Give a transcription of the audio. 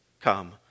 come